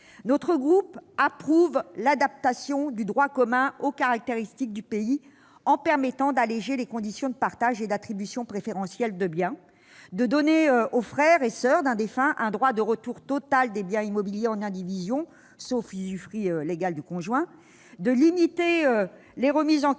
Notre groupe approuve l'adaptation du droit commun aux caractéristiques du pays en permettant d'alléger les conditions de partage et d'attribution préférentielle de biens, de donner aux frères et soeurs d'un défunt un droit de retour total des biens immobiliers en indivision, sauf usufruit légal du conjoint, de limiter les remises en